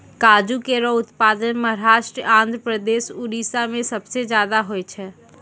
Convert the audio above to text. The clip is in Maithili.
काजू केरो उत्पादन महाराष्ट्र, आंध्रप्रदेश, उड़ीसा में सबसे जादा होय छै